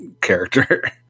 character